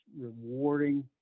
rewarding